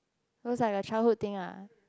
those are like the childhood thing ah